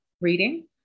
reading